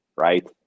right